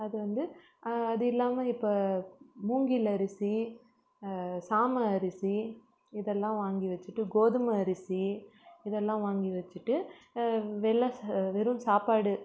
அது வந்து அது இல்லாமல் இப்போ மூங்கில் அரிசி சாமை அரிசி இதெல்லாம் வாங்கி வச்சுட்டு கோதுமை அரிசி இதெல்லாம் வாங்கி வச்சுட்டு வெள்ளை வெறும் சாப்பாடு